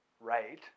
right